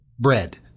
Bread